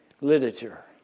literature